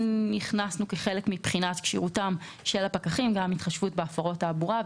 כחלק מבחינת כשירותם של הפקחים הכנסנו גם התחשבות בהפרות תעבורה,